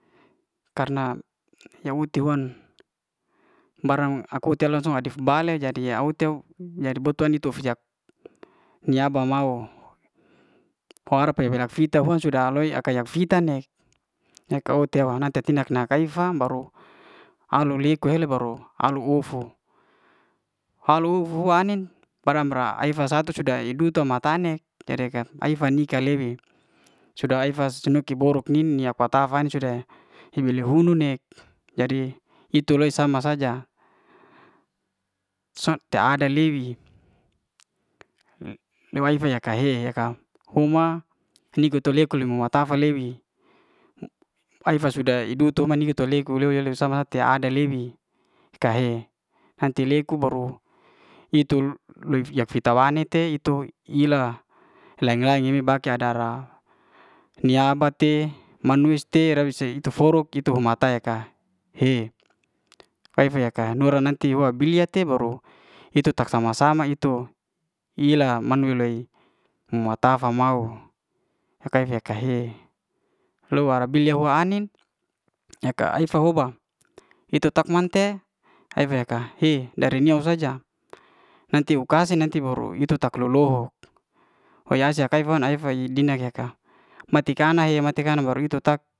Karna ya'huti huan barang aku te'lo adif bale jadi jadi bou'ten utu'fiat nyi'ba mau kuharap fera fita'huan sudah aloy kaya fita'ne nyaka'hote hua nanti ta'tindak nak'kaifa baru alo'liku hele baru alu'ufu, alu'ufu ai'nin baram ae'fa satu sudah e duta ma ta'ne tre'kat ai'fat nikah lewi sudah ai'fas siniki boruk'ni nia fa'tafan sudah hembe le hu no ne jadi hito'loy sama saja te'ai de liwi hi ya'fa ka he huma ni'gou to lekou mua tafa lewi ai'fa sudah du'toma ni tu le ku tafa'lebi te ada'lewi ka he nanti leku baru itu na fita wa'ne te ito i la laen laeng ibi bake a'dara nia'aba te manus'te raise itu forok itu huma tei ka he fe fe ai'ka doran nanti wal bilyate baru itu tak sama sama itu ey'la man yu'lei matafa mau kaise ka'he loha la bilya'ai'nin eka efa hoba itu tak man'te efe ka'hi dari nyo saja nanti hu kasi nanti itu tak lo- lo'ho wayase' yakafe na'efa dina kae'ka, mati kana' he mati kana baru itu tak.